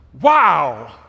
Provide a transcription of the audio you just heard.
Wow